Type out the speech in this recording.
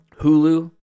Hulu